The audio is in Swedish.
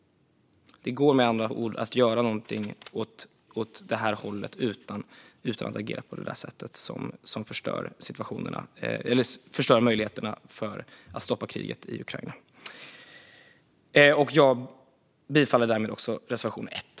Det går med andra ord att göra någonting åt det här hållet utan att agera på det sätt som förstör möjligheterna att stoppa kriget i Ukraina. Jag yrkar bifall till reservation 1.